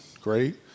great